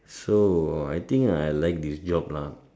so I think I like this job lah